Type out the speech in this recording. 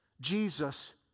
Jesus